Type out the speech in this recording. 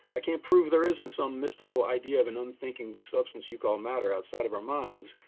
i can't prove there isn't some mystical idea of an unthinking substance you call matter outside of our minds,